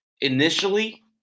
initially